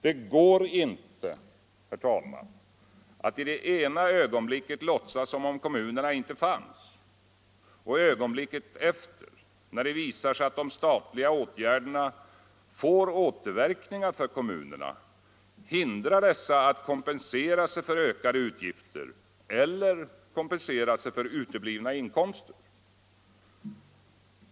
Det går inte, herr talman, att i det ena ögonblicket låtsas som om kommunerna inte fanns och ögonblicket efter — när det visar sig att de statliga åtgärderna får återverkningar för kommunerna — hindra dessa att kompensera sig för ökade utgifter eller uteblivna inkomster.